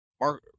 mark